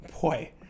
boy